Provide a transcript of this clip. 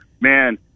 Man